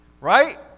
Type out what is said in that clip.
Right